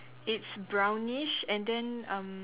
it's brownish and then um